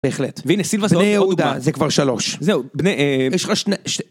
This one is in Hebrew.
בהחלט והנה סילבה זה כבר 3 זהו בניהם יש לך שני.